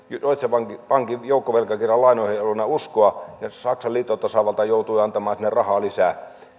bankin bankin joukkovelkakirjalainoihin ei ollut enää uskoa ja saksan liittotasavalta joutui antamaan sinne rahaa lisää